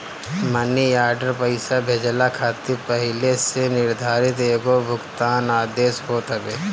मनी order पईसा भेजला खातिर पहिले से निर्धारित एगो भुगतान आदेश होत हवे